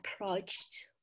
approached